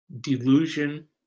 Delusion